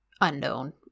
unknown